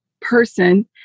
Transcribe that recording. person